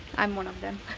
i am one of them.